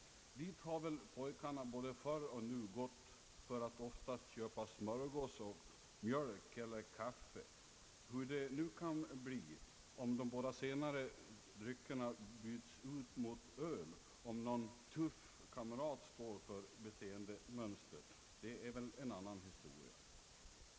Dit har väl pojkarna både förr och nu gått för att oftast köpa smörgås och mjölk eller kaffe. Här kan det nu bli så att de båda senare dryckerna byts ut mot öl, om någon »tuff» kamrat står för beteendemönstret.